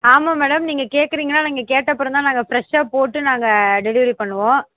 ஆமாம் மேடம் நீங்கள் கேட்குறீங்களா நீங்கள் கேட்ட அப்புறம் தான் நாங்கள் ஃப்ரெஷ்ஷாக போட்டு நாங்கள் டெலிவரி பண்ணுவோம்